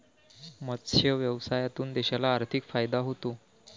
मत्स्य व्यवसायातून देशाला आर्थिक फायदा होतो